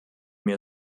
mir